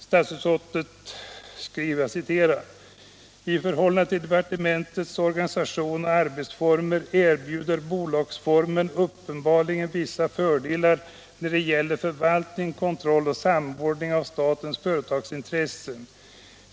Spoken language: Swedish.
Statsutskottet skrev: ”I förhållande till departementens organisation och arbetsformer erbjuder bolagsformen uppenbarligen vissa fördelar när det gäller förvaltning, kontroll och samordning av statens företagsintressen.